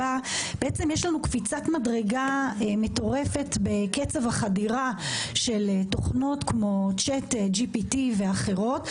קפיצת מדרגה מטורפת בקצב החדירה של תוכנות כמו צ'אט GPT ואחרות.